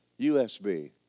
USB